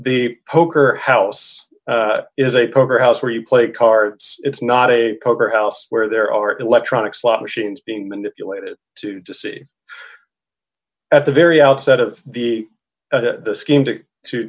the poker house is a poker house where you play cards it's not a poker house where there are electronic slot machines being manipulated to just see at the very outset of the scheme to